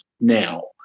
now